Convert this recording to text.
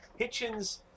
Hitchens